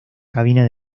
cabina